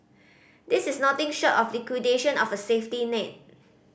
this is nothing short of liquidation of a safety net